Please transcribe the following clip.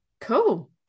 cool